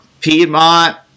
Piedmont